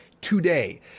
today